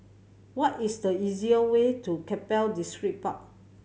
what is the easy way to Keppel Distripark